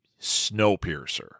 Snowpiercer